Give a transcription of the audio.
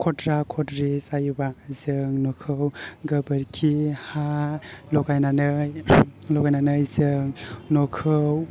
खद्रा खद्रि जायोबा जों न'खौ गोबोरखि हा लगायनानै लगायनानै जों न'खौ